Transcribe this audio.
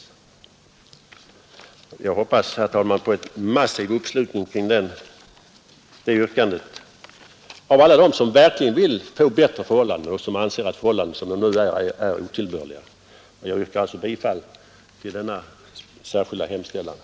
siv uppslutning kring det här Jag hoppas, herr talman, på en ma yrkandet av alla dem som anser att förhållandena som de nu ter sig är otillbörliga och som verkligen vill få en bättre ordning. Jag hemställer därför om bifall till detta särskilda yrkande.